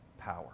power